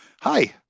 Hi